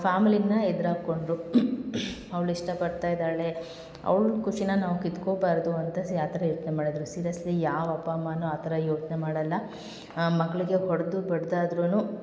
ಫ್ಯಾಮಿಲಿನ ಎದ್ರು ಹಾಕೊಂಡ್ರು ಅವ್ಳು ಇಷ್ಟಪಡ್ತಾ ಇದ್ದಾಳೆ ಅವ್ಳ ಖುಶಿನಾ ನಾವು ಕಿತ್ಕೊಬಾರದು ಅಂತ ಸೆ ಆ ಥರ ಯೋಚನೆ ಮಾಡಿದ್ರು ಸೀರೆಸ್ಲೀ ಯಾವ ಅಪ್ಪ ಅಮ್ಮನೂ ಆ ಥರ ಯೋಚನೆ ಮಾಡಲ್ಲ ಮಕ್ಕಳಿಗೆ ಹೊಡೆದು ಬಡ್ದಾದ್ರೂ